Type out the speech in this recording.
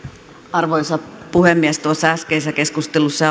arvoisa puhemies tuossa äskeisessä keskustelussa